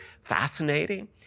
fascinating